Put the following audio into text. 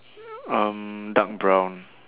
um dark brown